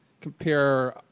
compare